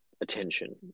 attention